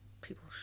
people